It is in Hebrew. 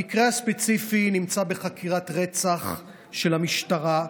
המקרה הספציפי נמצא בחקירת רצח של המשטרה,